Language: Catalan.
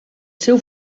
seu